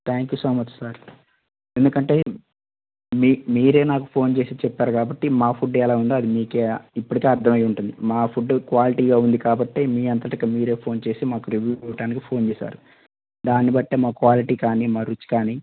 thank you so much sir ఎందుకంటే మీరే నాకు ఫోన్ చేసి చెప్పారు కాబట్టి మా ఫుడ్ ఎలా ఉందో అది మీకే ఇప్పటికే అర్థం అవి ఉంటుంది మా ఫుడ్ క్వాలిటీగా ఉంది కాబట్టే మీ అంతటికి మీరే ఫోన్ చేసి మాకు రివ్యూ ఇవ్వడానికి ఫోన్ చేశారు దాన్ని బట్టే మా క్వాలిటీకాని రుచి కాని